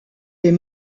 est